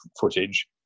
footage